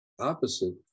opposite